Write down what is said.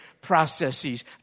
processes